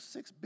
Six